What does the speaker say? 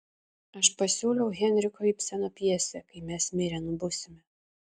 aš pasiūliau henriko ibseno pjesę kai mes mirę nubusime